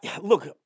look